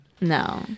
No